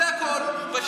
זה הכול.